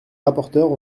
rapporteure